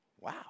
Wow